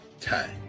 time